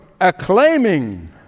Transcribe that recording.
acclaiming